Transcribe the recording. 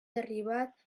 arribat